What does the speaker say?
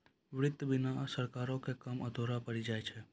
वित्त बिना सरकार रो काम अधुरा पड़ी जाय छै